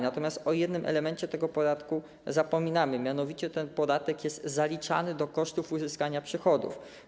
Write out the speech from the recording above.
Natomiast o jednym elemencie tego podatku zapominamy, a mianowicie ten podatek jest zaliczany do kosztów uzyskania przychodów.